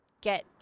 get